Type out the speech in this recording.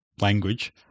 language